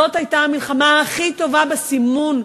זאת הייתה המלחמה הכי טובה בסימון,